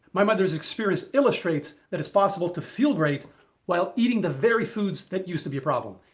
my mother's experience illustrates that it's possible to feel great while eating the very foods that used to be a problem.